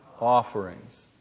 offerings